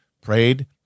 prayed